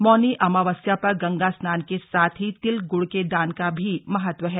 मौनी अमावस्या पर गंगा स्नान के साथ ही तिल ग्ड़ के दान का भी महत्व है